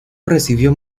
recibió